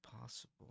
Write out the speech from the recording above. possible